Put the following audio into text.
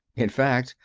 in fact,